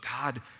God